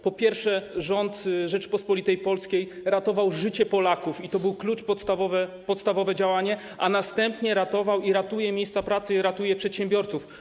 Po pierwsze, rząd Rzeczypospolitej Polskiej ratował życie Polaków, i to był klucz, podstawowe działanie, a następnie ratował i ratuje miejsca pracy i przedsiębiorców.